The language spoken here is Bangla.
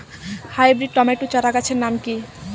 হাইব্রিড টমেটো চারাগাছের নাম কি?